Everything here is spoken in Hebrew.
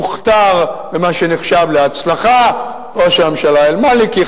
הוכתר במה שנחשב להצלחה ראש הממשלה אל-מאלכי,